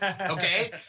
Okay